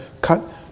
cut